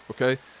okay